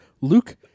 Luke